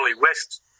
West